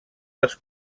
les